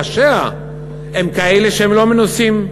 ראשיה הם כאלה שהם לא מנוסים.